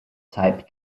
type